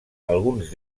alguns